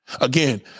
again